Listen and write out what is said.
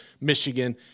Michigan